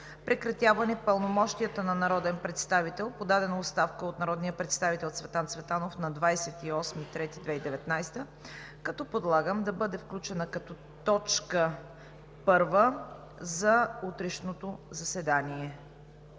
Прекратяване пълномощията на народен представител – подадена е оставка от народния представител Цветан Цветанов на 28 март 2019 г., като предлагам да бъде точка първа за утрешното заседание,